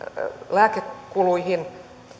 lääkekuluille